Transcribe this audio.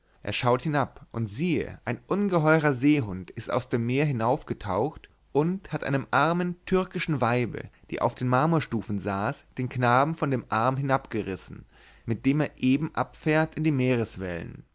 er schaut hinab und siehe ein ungeheurer seehund ist aus dem meer hinaufgetaucht und hat einem armen türkischen weibe die auf den marmorstufen saß den knaben von dem arm hinabgerissen mit dem er eben abfährt in die meereswellen